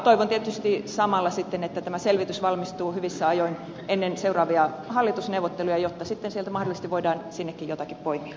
toivon tietysti samalla sitten että tämä selvitys valmistuu hyvissä ajoin ennen seuraavia hallitusneuvotteluja jotta sitten sieltä mahdollisesti voidaan sinnekin jotakin poimia